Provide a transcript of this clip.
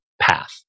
path